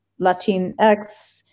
Latinx